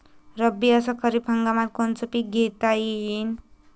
रब्बी अस खरीप हंगामात कोनचे पिकं घेता येईन?